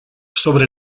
sobre